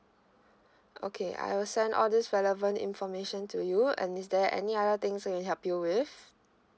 okay I will send all this relevant information to you and is there any other things I can help you with